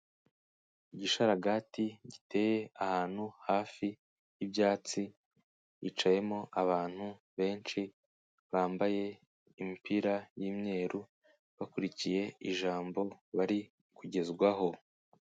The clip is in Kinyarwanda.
Igisharagati giteye ahantu hafi y'ibyatsi, hicayemo abantu benshi bambaye imipira y'imyeru, bakurikiye ijambo bari kugezwaho.